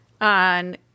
on